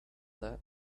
that